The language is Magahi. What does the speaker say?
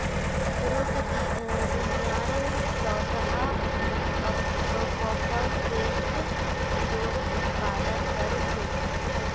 रूस दुनियार चौदह प्परसेंट जौर उत्पादन कर छेक